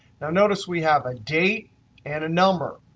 now notice, we have a date and a number,